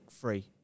free